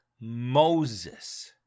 Moses